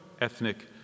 ethnic